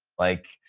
like,